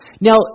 Now